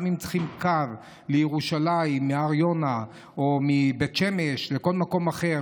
גם אם צריכים קו לירושלים מהר יונה או מבית שמש לכל מקום אחר,